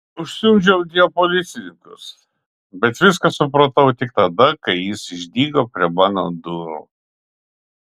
užsiundžiau ant jo policininkus bet viską supratau tik tada kai jis išdygo prie mano durų